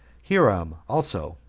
hiram also,